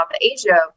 Asia